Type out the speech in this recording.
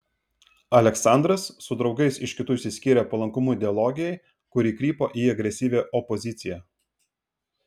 aleksandras su draugais iš kitų išsiskyrė palankumu ideologijai kuri krypo į agresyvią opoziciją